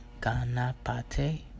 Ganapate